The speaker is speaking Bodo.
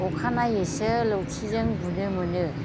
अखानायैसो लावथिजों बुनो मोनो